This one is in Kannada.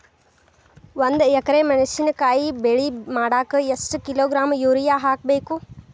ಒಂದ್ ಎಕರೆ ಮೆಣಸಿನಕಾಯಿ ಬೆಳಿ ಮಾಡಾಕ ಎಷ್ಟ ಕಿಲೋಗ್ರಾಂ ಯೂರಿಯಾ ಹಾಕ್ಬೇಕು?